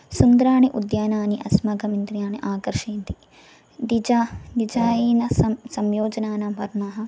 सुन्दराणि उद्यानानि अस्माकं इन्द्रियाणि आकर्षयन्ति डिजा डिजायिन सं संयोजनानां वर्णाः